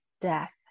death